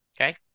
Okay